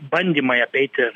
bandymai apeiti